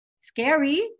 Scary